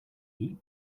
eat